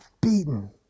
beaten